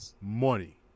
Money